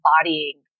embodying